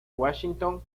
washington